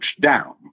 down